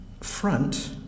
Front